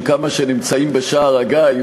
עם כמה שנמצאים בשער-הגיא,